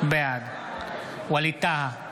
בעד ווליד טאהא,